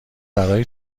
برای